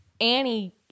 Annie